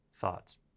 thoughts